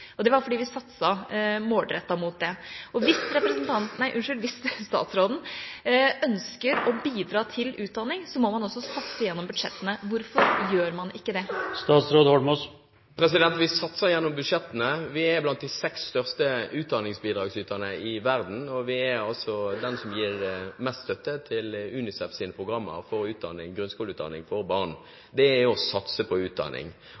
og det var fordi vi satset målrettet mot det. Hvis statsråden ønsker å bidra til utdanning, må man også satse gjennom budsjettene. Hvorfor gjør man ikke det? Vi satser gjennom budsjettene. Vi er blant de seks største utdanningsbidragsyterne i verden, og vi er den som gir mest støtte til UNICEFs programmer for grunnskoleutdanning for barn. Det er å satse på utdanning.